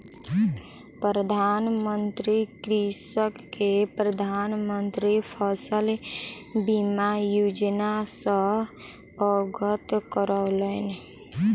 प्रधान मंत्री कृषक के प्रधान मंत्री फसल बीमा योजना सॅ अवगत करौलैन